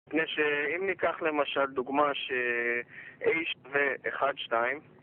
בפני שאם ניקח למשל דוגמא ש-H זה אחד שתיים